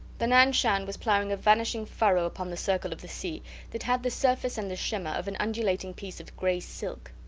the nan-shan was ploughing a vanishing furrow upon the circle of the sea that had the surface and the shimmer of an undulating piece of gray silk.